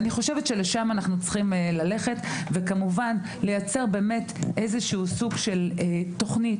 אני חושבת שלשם אנחנו צריכים ללכת וכמובן לייצר סוג של תוכנית